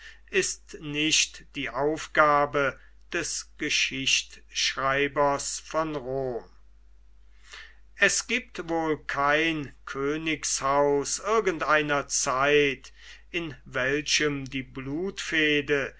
ist nicht die aufgabe des geschichtschreibers von rom es gibt wohl kein königshaus irgendeiner zeit in welchem die